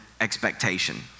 expectation